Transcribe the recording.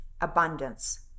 abundance